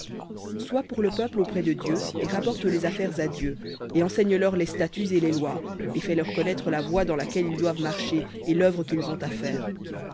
sois pour le peuple auprès de dieu et rapporte les affaires à dieu et enseigne leur les statuts et les lois et fais-leur connaître la voie dans laquelle ils doivent marcher et l'œuvre qu'ils ont à faire